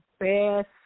best